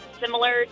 Similar